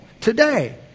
today